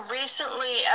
recently